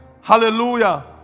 Hallelujah